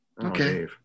okay